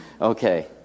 Okay